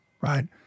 right